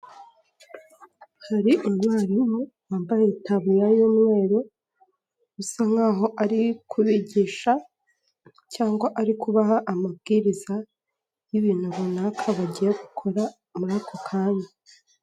Hari umwarimu wambaye itaburiya y'umweru, usa nk'aho ari kubigisha cyangwa ari kubaha amabwiriza y'ibintu runaka bagiye gukora muri ako kanya.